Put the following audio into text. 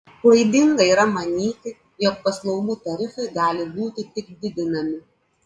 klaidinga yra manyti jog paslaugų tarifai gali būti tik didinami